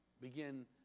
begin